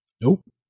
Nope